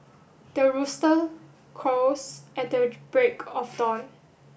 the rooster crows at the break of dawn